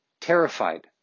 terrified